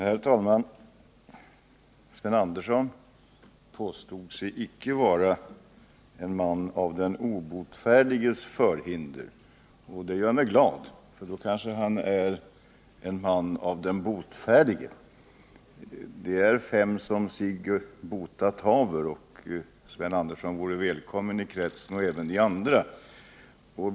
Herr talman! Sven Andersson påstod sig icke tillhöra de obotfärdigas skara. Det gör mig glad. Då kanske han är botfärdig. Det är fem som sig botat haver, och Sven Andersson — och även ni andra — är välkommen i kretsen.